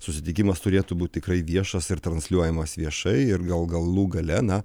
susitikimas turėtų būt tikrai viešas ir transliuojamas viešai ir gal galų gale na